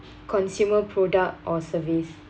consumer product or service